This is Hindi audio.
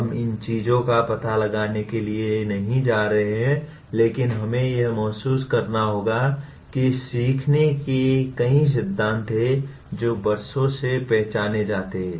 हम इन चीजों का पता लगाने के लिए नहीं जा रहे हैं लेकिन हमें यह महसूस करना होगा कि सीखने के कई सिद्धांत हैं जो वर्षों से पहचाने जाते हैं